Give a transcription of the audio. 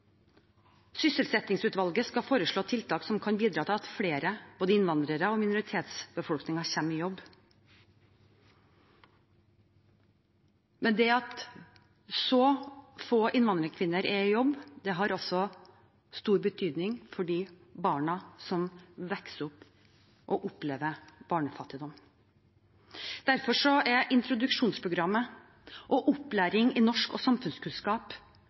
Sysselsettingsutvalget skal foreslå tiltak som kan bidra til at flere, både innvandrere og majoritetsbefolkning, kommer i jobb. Men det at så få innvandrerkvinner er i jobb, har også stor betydning for de barna som vokser opp og opplever barnefattigdom. Derfor er introduksjonsprogrammet og opplæring i norsk og samfunnskunnskap